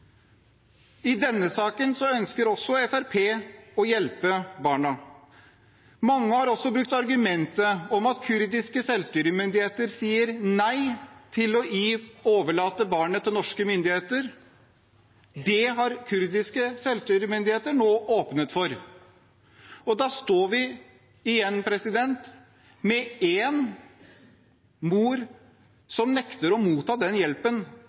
i denne saken ønsker Fremskrittspartiet å hjelpe barna. Mange har brukt argumentet om at kurdiske selvstyremyndigheter sier nei til å overlate barnet til norske myndigheter, men det har kurdiske selvstyremyndigheter nå åpnet opp for. Da står vi igjen med en mor som nekter å motta den hjelpen